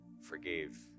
forgave